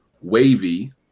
Wavy